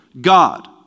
God